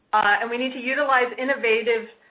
and we need to utilize innovative,